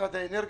משרד האנרגיה,